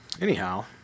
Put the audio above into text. anyhow